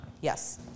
Yes